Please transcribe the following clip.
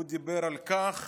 הוא דיבר על כך